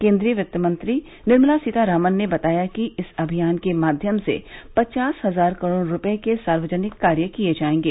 केन्द्रीय वित्त मंत्री निर्मला सीतारामन ने बताया कि इस अभियान के माध्यम से पचास हजार करोड़ रुपये के सार्वजनिक कार्य किये जाएंगे